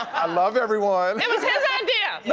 i love everyone. it was his idea! yeah